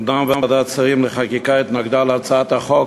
אומנם ועדת השרים לחקיקה התנגדה להצעת החוק,